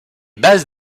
bases